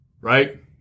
right